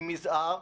עם יזהר,